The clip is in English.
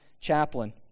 chaplain